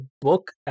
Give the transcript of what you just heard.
book